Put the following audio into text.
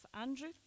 Andrew